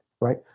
right